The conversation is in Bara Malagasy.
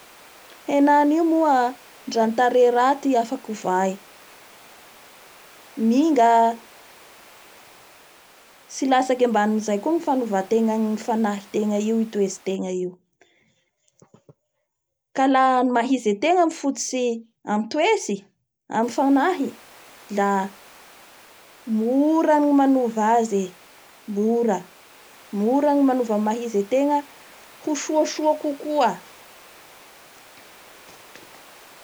Henany io moa ndra ny tarehy raty afaky ovay minga tsy latsaky ambanin' izay koa ny fanovategna ny fanahitegna io, i toetsitegna io, ka la ny maha izy ategna mifototsy amin'ny toetsy amin'ny fanahy, la mora ny manova azy mora, mora ny manoav ny maha izy ategna ho soasoa kokoa